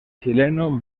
chileno